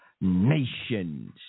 nations